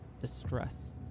distress